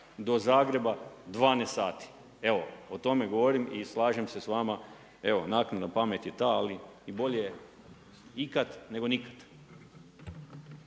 do Zagreba 12 sati. Evo, o tome govorim i slažem se s vama, evo naknadna pamet je ta, ali i bolje ikad nego nikad.